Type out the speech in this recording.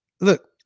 look